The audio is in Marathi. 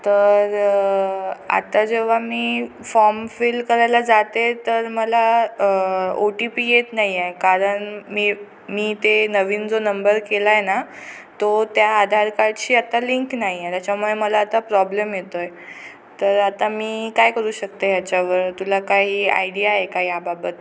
तर आता जेव्हा मी फॉम फिल करायला जाते तर मला ओ टी पी येत नाही आहे कारण मी मी ते नवीन जो नंबर केला आहे ना तो त्या आधार कार्डशी आता लिंक नाही आहे त्याच्यामुळे मला आता प्रॉब्लेम येतो आहे तर आता मी काय करू शकते ह्याच्यावर तुला काही आयडिया आहे का याबाबत